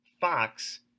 Fox